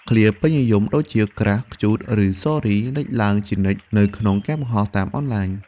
ឃ្លាពេញនិយមដូចជា "crush" "cute" ឬ "sorry" លេចឡើងជានិច្ចនៅក្នុងការបង្ហោះតាមអនឡាញ។